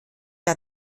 der